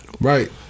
Right